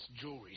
Jewelry